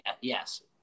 Yes